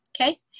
Okay